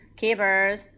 keepers